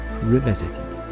Revisited